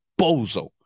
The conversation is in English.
bozo